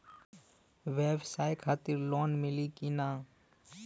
ब्यवसाय खातिर लोन मिली कि ना?